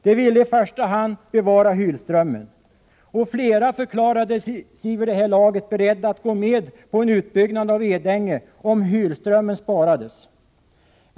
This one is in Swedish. De ville i första hand bevara Hylströmmen, och flera förklarade sig vid det här laget beredda att gå med på en utbyggnad av Edänge om Hylströmmen sparades.